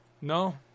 No